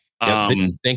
Thank